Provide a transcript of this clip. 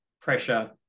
pressure